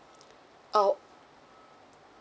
oh